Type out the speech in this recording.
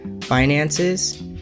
finances